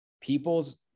people's